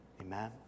amen